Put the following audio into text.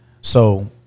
So-